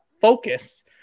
focus